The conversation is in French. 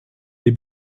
les